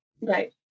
Right